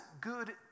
good